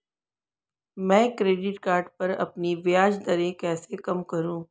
मैं credit card पर अपनी ब्याज दरें कैसे कम करूँ?